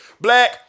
Black